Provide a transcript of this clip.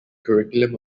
curriculum